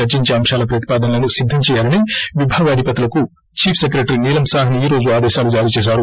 చర్సించే అంశాల ప్రతిపాదనలను సిద్లం చేయాలని విభాగాధిపతులకు చీప్ సెక్రటరీ నీలం సాహ్ని ఈ రోజు ఆదేశాలు జారీ చేశారు